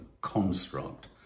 construct